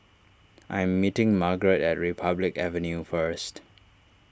I am meeting Margarett at Republic Avenue first